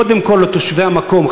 קודם כול לתושבי המקום,